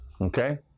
Okay